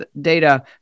data